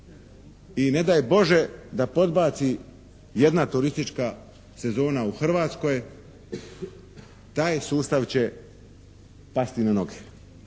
I ne daj Bože da podbaci jedna turistička sezona u Hrvatskoj taj sustav će pasti na noge.